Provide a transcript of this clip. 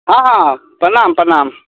हँ हँ प्रणाम प्रणाम